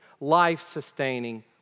life-sustaining